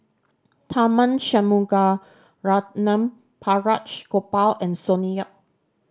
Tharman Shanmugaratnam Balraj Gopal and Sonny Yap